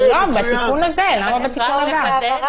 לא, בתיקון הזה, למה בתיקון הבא?